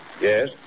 Yes